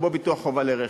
כמו ביטוח חובה לרכב.